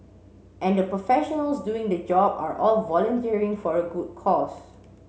and the professionals doing the job are all volunteering for a good cause